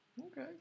Okay